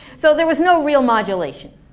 so there was no real modulation,